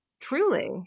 Truly